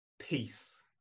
Peace